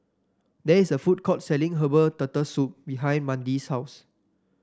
there is a food court selling Herbal Turtle Soup behind Mandie's house